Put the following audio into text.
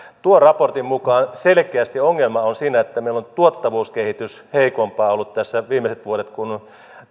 tuon raportin mukaan selkeästi ongelma on siinä että meillä on tuottavuuskehitys ollut heikompaa tässä viimeiset vuodet kuin